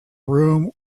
room